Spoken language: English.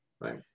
right